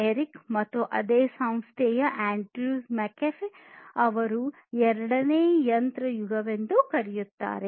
Eric ಮತ್ತು ಅದೇ ಸಂಸ್ಥೆಯ ಆಂಡ್ರ್ಯೂ ಮ್ಯಾಕ್ಅಫೀ ಅವರು ಎರಡನೇ ಯಂತ್ರಯುಗವೆಂದು ಕರೆಯುತ್ತಾರೆ